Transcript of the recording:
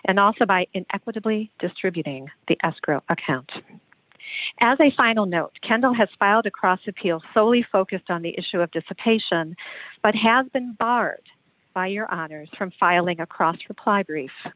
and also by equitably distributing the escrow account as a final note kendall has filed across appeals solely focused on the issue of dissipate but has been barred by your auditors from filing across reply brief